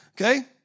Okay